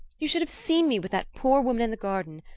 you should have seen me with that poor woman in the garden.